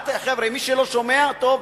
חבר'ה, מי שלא שומע, טוב.